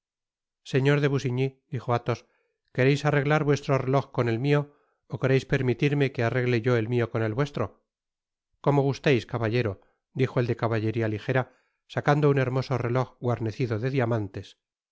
señor de busiñy dijo athos quereis arreglar vuestro reloj con el mio ó quereis permitirme que arregle yo el mio con el vuestro como gusteis caballero dijo el de caballeria lijera sacando un hermoso reloj guarnecido de diamantes